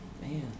Man